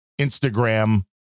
Instagram